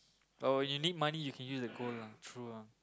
oh you need money you can use the gold lah true lah